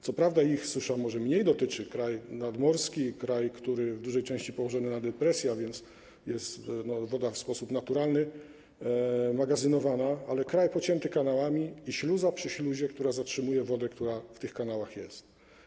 Co prawda jej susza może mniej dotyczy - kraj nadmorski, kraj w dużej części położony na obszarze depresji, a więc jest woda w sposób naturalny magazynowana, ale kraj pocięty kanałami i śluza przy śluzie, które zatrzymują wodę, która w tych kanałach jest.